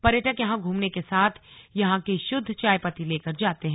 पर्यटक यहां घूमने के साथ यहां की शुद्ध चायपत्ती लेकर जाते हैं